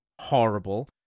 horrible